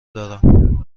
دارم